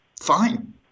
fine